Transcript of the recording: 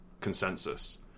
Consensus